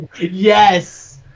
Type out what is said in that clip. Yes